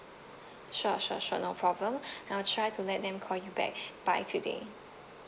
sure sure sure no problem I'll try to let them call you back by today